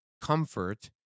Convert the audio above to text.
comfort